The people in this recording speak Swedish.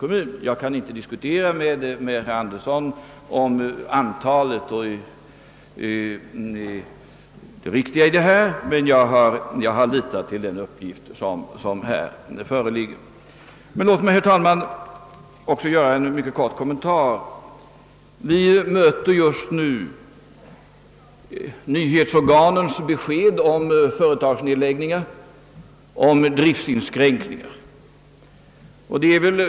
Jag kan inte gå in i diskussion med herr Andersson huruvida antalet är det riktiga, men jag har litat till den uppgift som föreligger. Låt mig emellertid, herr talman, också göra en kortfattad kommentar. Vi möter nu dagligen nyhetsorganens besked om företagsnedläggningar och om driftsinskränkningar.